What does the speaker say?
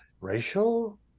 Racial